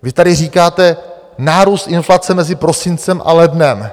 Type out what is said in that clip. Vy tady říkáte nárůst inflace mezi prosincem a lednem.